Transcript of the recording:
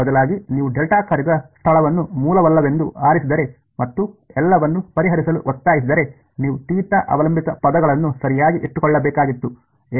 ಬದಲಾಗಿ ನೀವು ಡೆಲ್ಟಾ ಕಾರ್ಯದ ಸ್ಥಳವನ್ನು ಮೂಲವಲ್ಲವೆಂದು ಆರಿಸಿದರೆ ಮತ್ತು ಎಲ್ಲವನ್ನೂ ಪರಿಹರಿಸಲು ಒತ್ತಾಯಿಸಿದರೆ ನೀವು ಥೀಟಾ ಅವಲಂಬಿತ ಪದಗಳನ್ನು ಸರಿಯಾಗಿ ಇಟ್ಟುಕೊಳ್ಳಬೇಕಾಗಿತ್ತು